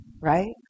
right